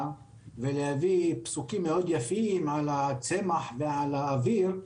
ולהביא פסוקים מאוד יפים על הצמח ועל האוויר,